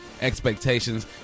expectations